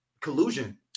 collusion